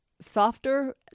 softer